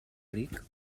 ric